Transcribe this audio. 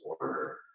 order